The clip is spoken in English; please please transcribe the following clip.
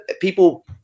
people